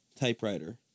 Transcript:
typewriter